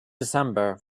december